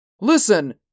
Listen